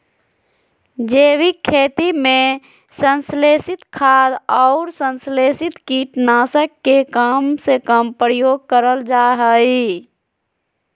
जैविक खेती में संश्लेषित खाद, अउर संस्लेषित कीट नाशक के कम से कम प्रयोग करल जा हई